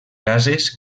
cases